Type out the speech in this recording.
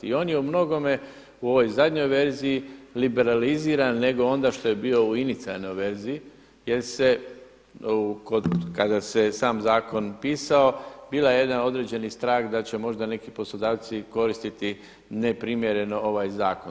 I on je u mnogome u ovoj zadnjoj verziji liberaliziran nego onda što je bio u inicijalnoj verziji, jer se kada se sam zakon pisao bio jedan određeni strah da će možda neki poslodavci koristiti neprimjereno ovaj zakon.